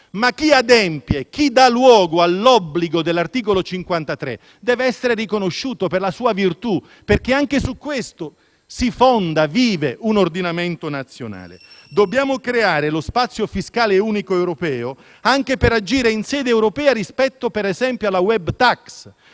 però adempie e dà luogo all'obbligo dell'articolo 53 dev'essere riconosciuto per la sua virtù, perché anche su questo si fonda e vive un ordinamento nazionale. Dobbiamo creare lo spazio fiscale unico europeo, anche per agire in sede europea rispetto, ad esempio, alla *web tax.*